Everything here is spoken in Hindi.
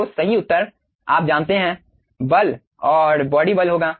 तो सही उत्तर आप जानते हैं बल और बॉडी बल होगा